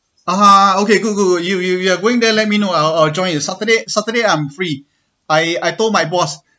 ah ha okay good good good you you you going there let me know I'll I'll join you saturday saturday I'm free I I told my boss